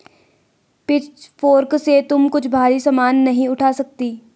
pitchfork से तुम कुछ भारी सामान नहीं उठा सकती